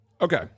Okay